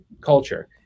culture